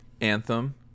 Anthem